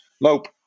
Nope